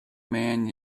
man